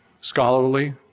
Scholarly